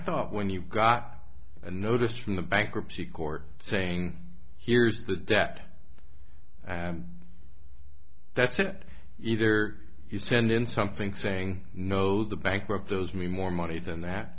thought when you got a notice from the bankruptcy court saying here's the debt that's it either you send in something saying no the bankrupt those mean more money than that